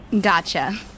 Gotcha